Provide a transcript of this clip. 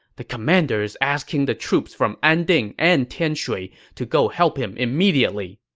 the commander is asking the troops from anding and tianshui to go help him immediately.